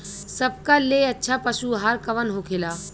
सबका ले अच्छा पशु आहार कवन होखेला?